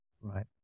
Right